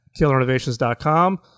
killerinnovations.com